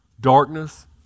darkness